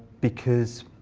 because,